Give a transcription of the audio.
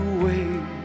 away